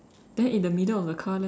then in the middle of the car leh